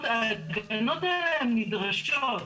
הגנות האלה הן נדרשות.